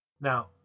Now